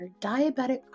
diabetic